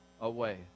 away